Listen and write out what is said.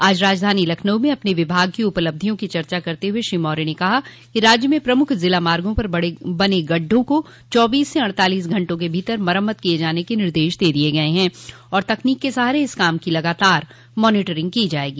आज राजधानी लखनऊ में अपने विभाग की उपलब्धियां की चर्चा करते हुए श्री मौर्य ने कहा कि राज्य में प्रमुख जिला मार्गो पर बने गढ़ढों को चौबीस से अड़तालीस घंटों क भीतर मरम्मत किये जाने के निर्देश दे दिये गये हैं और तकनीक के सहारे इस काम की लगातार मानोटरिंग की जायेगी